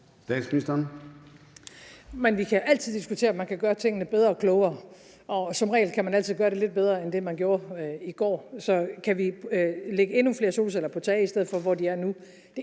Vi kan altid diskutere, om man kan gøre tingene bedre og klogere, og som regel kan man altid gøre det lidt bedre end det, man gjorde i går. Kan vi lægge endnu flere solceller på tage i stedet for der, hvor de er nu?